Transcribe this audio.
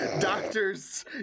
doctors